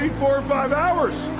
four or five hours.